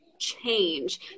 change